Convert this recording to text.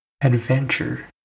adventure